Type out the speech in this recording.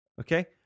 Okay